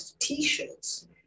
t-shirts